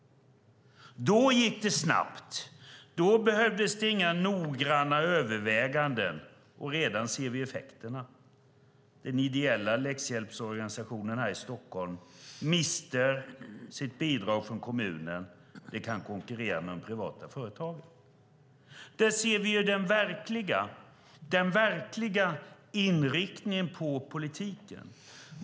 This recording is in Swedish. Då gick det snabbt. Då behövdes inga noggranna överväganden, och redan ser vi effekterna. De ideella läxhjälpsorganisationerna i Stockholm mister sina bidrag från kommunen. De kan konkurrera med de privata företagen. Där ser vi den verkliga inriktningen på politiken.